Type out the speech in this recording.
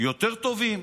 יותר טובים,